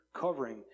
covering